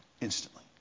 instantly